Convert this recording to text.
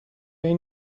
این